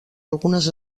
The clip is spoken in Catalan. algunes